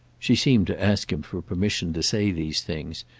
she seemed to ask him for permission to say these things,